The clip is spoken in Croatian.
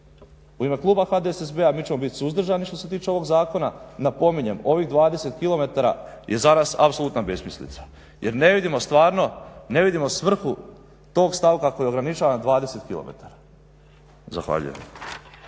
U ime kluba HDSSB-a mi ćemo biti suzdržani što se tiče ovog zakona. napominjem, ovih 20 km je zarast apsolutna besmislica jer ne vidimo stvarno, ne vidimo svrhu tog stavka koji ograničava na 20 km. Zahvaljujem.